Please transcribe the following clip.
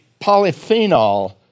polyphenol